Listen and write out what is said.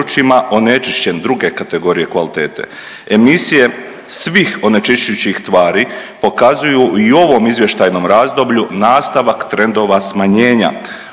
onečišćen druge kategorije kvalitete. Emisije svih onečišćujućih tvari pokazuju i u ovom izvještajnom razdoblju nastavak trendova smanjenja.